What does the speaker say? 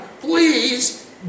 please